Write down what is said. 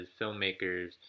filmmakers